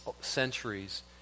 centuries